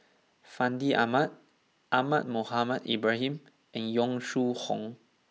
Fandi Ahmad Ahmad Mohamed Ibrahim and Yong Shu Hoong